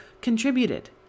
contributed